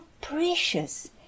precious